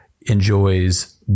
enjoys